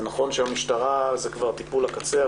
המשטרה זה כבר טיפול הקצה,